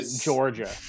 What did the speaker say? georgia